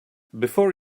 before